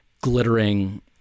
glittering